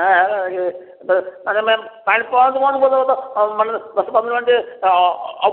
ଦଶ ପନ୍ଦର minute up